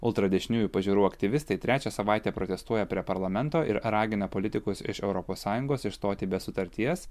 ultradešiniųjų pažiūrų aktyvistai trečią savaitę protestuoja prie parlamento ir ragina politikus iš europos sąjungos išstoti be sutarties